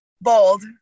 Bold